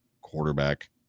Quarterback